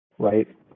right